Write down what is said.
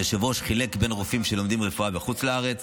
היושב-ראש חילק בין רופאים שלומדים רפואה בחוץ לארץ